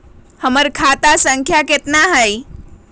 हमर खाता संख्या केतना हई?